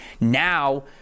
Now